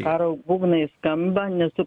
karo būgnai skamba nesu